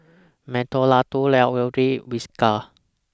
Mentholatum Whiskas